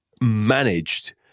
managed